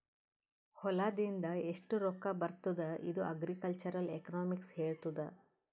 ಹೊಲಾದಿಂದ್ ಎಷ್ಟು ರೊಕ್ಕಾ ಬರ್ತುದ್ ಇದು ಅಗ್ರಿಕಲ್ಚರಲ್ ಎಕನಾಮಿಕ್ಸ್ ಹೆಳ್ತುದ್